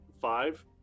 five